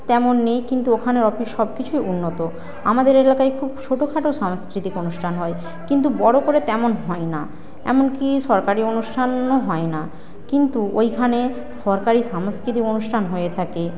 তেমন নেই কিন্তু ওখানের অফিস সবকিছু উন্নত আমাদের এলাকায় খুব ছোটোখাটো সাংস্কৃতিক অনুষ্ঠান হয় কিন্তু বড়ো করে তেমন হয় না এমনকি সরকারী অনুষ্ঠানও হয় না কিন্তু ওইখানে সরকারী সাংস্কৃতিক অনুষ্ঠান হয়ে থাকে